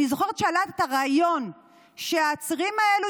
אני זוכרת שהעלית רעיון שהעצירים האלו